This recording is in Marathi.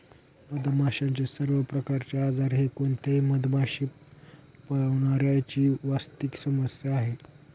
मधमाशांचे सर्व प्रकारचे आजार हे कोणत्याही मधमाशी पाळणाऱ्या ची वास्तविक समस्या आहे